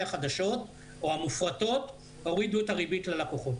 החדשות או המופרטות הורידו את הריבית ללקוחות.